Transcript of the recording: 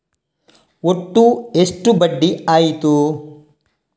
ಒಟ್ಟು ಎಷ್ಟು ಬಡ್ಡಿ ಆಯಿತು?